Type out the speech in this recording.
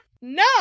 No